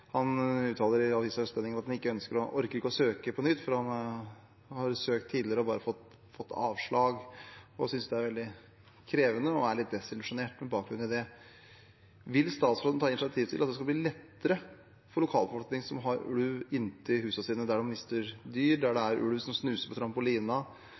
uttaler i avisen Østlendingen at han ikke orker å søke om fellingstillatelse på nytt, fordi han har søkt tidligere og bare fått avslag. Han synes det er veldig krevende, og er litt desillusjonert på bakgrunn av det. Vil statsråden ta initiativ til at det skal bli lettere for lokalbefolkningen som har ulv inntil husene sine – der de mister dyr, der det